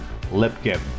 Lipkin